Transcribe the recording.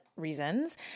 Reasons